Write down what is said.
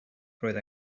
roedd